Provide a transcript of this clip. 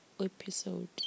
episode